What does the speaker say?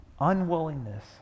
unwillingness